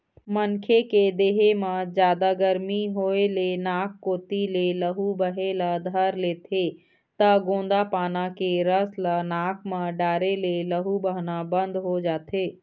मनखे के देहे म जादा गरमी होए ले नाक कोती ले लहू बहे ल धर लेथे त गोंदा पाना के रस ल नाक म डारे ले लहू बहना बंद हो जाथे